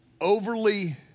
overly